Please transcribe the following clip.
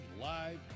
live